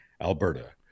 Alberta